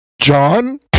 John